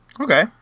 Okay